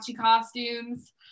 costumes